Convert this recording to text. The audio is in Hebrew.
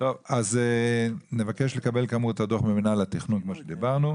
אז נבקש לקבל את הדו״ח ממנהל התכנון,